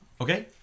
Okay